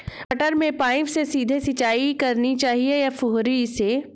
मटर में पाइप से सीधे सिंचाई करनी चाहिए या फुहरी से?